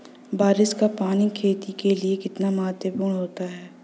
बारिश का पानी खेतों के लिये कितना महत्वपूर्ण होता है?